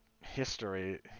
history